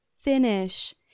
finish